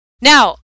Now